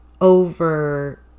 over